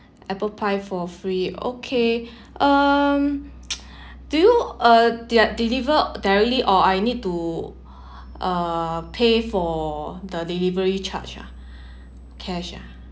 apple pie for free okay um do you uh de~ deliver directly or I need to uh pay for the delivery charge ah cash ah